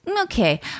Okay